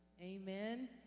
Amen